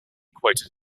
quoted